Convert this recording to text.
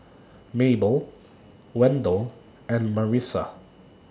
Mabell Wendel and Marissa